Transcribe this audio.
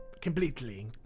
completely